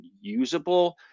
usable